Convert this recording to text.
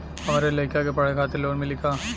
हमरे लयिका के पढ़े खातिर लोन मिलि का?